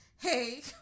Hey